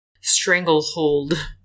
stranglehold